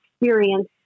experience